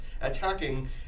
attacking